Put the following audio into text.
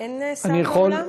אין שר באולם?